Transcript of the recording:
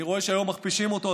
אני רואה שהיום מכפישים אותו,